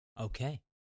Okay